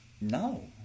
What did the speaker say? No